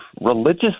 religious